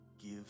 Give